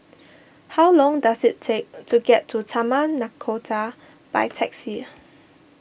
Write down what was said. how long does it take to get to Taman Nakhoda by taxi